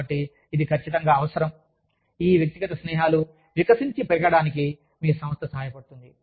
కాబట్టి ఇది ఖచ్చితంగా అవసరం ఈ వ్యక్తిగత స్నేహాలు వికసించి పెరగడానికినికి మీ సంస్థ సహాయపడుతుంది